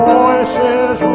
voices